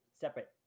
separate